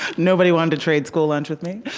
nobody wanted to trade school lunch with me.